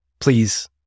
please